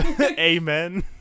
Amen